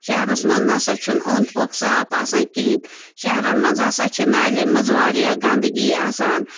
شَہرَس منٛز نَہ سا چھُنہٕ اوٚنٛد پوٚک صاف آسان کِہیٖنۍ شَہرَن منٛز ہَسا چھِ نالٮ۪ن منٛز واریاہ گندگی آسان